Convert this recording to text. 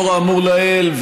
לאור האמור לעיל,